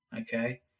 okay